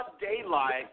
daylight